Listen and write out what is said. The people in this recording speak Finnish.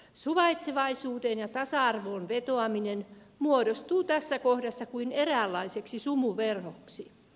suvaitsevaisuuteen ja tasa arvoon vetoaminen muodostuu tässä kohdassa kuin eräänlaiseksi sumuverhoksi